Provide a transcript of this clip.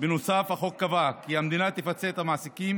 בנוסף החוק קבע כי המדינה תפצה את המעסיקים